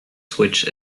switch